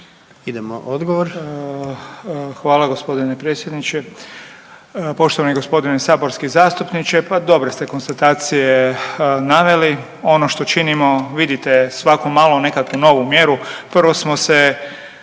Vili (HDZ)** Hvala gospodine predsjedniče. Poštovani gospodine saborski zastupniče pa dobre ste konstatacije naveli, ono što činimo vidite svako malo nekakvu novu mjeru. Prvo smo se